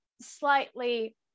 slightly